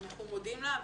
אנחנו מודים לה,